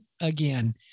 again